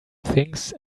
things